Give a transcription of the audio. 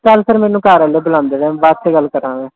ਚਲ ਫਿਰ ਮੈਨੂੰ ਘਰ ਵਾਲੇ ਬੁਲਾਉਂਦੇ ਨੇ ਮੈਂ ਬਾਅਦ 'ਚ ਗੱਲ ਕਰਾਂਗਾ